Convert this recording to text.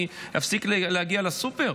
אני אפסיק להגיע לסופר?